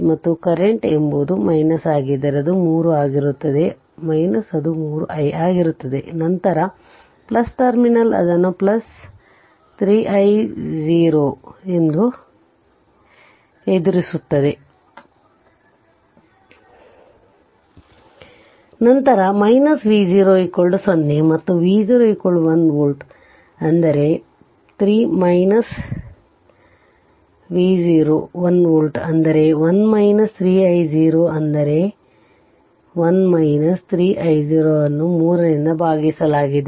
ಮತ್ತು ಕರೆಂಟ್ ಎಂಬುದು ಆಗಿದ್ದರೆ ಅದು 3 ಆಗಿರುತ್ತದೆ ಅದು 3 i ಆಗಿರುತ್ತದೆ ನಂತರ ಟರ್ಮಿನಲ್ ಅದನ್ನು 3 i0 ಎದುರಿಸುತ್ತಿದೆ ನಂತರ V0 0 ಮತ್ತು V0 1 ವೋಲ್ಟ್ ಅಂದರೆ 3 V0 1 ವೋಲ್ಟ್ ಅಂದರೆ 1 3 i0 ಅಂದರೆ 1 3 i0 ಅನ್ನು 3 ರಿಂದ ಭಾಗಿಸಲಾಗಿದೆ